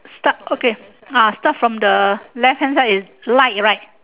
start okay start from the left hand side is light right